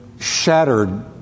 shattered